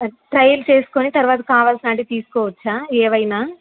trial చేసుకొని తర్వాత కావాల్సినవి అంటే తీసుకోవచ్చా ఏవైనా